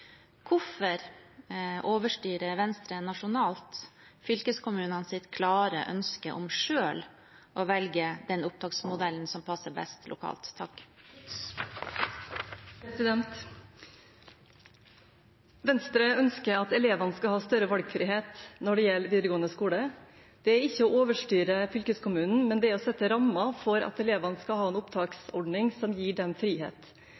Hvorfor overstyrer Venstre nasjonalt fylkeskommunenes klare ønske om selv å velge den opptaksmodellen som passer best lokalt? Venstre ønsker at elevene skal ha større valgfrihet når det gjelder videregående skole. Det er ikke å overstyre fylkeskommunen, men det er å sette rammer for at elevene skal ha en opptaksordning som gir dem frihet.